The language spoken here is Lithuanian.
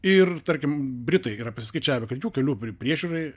ir tarkim britai yra prisiskaičiavę kad jų kelių priežiūrai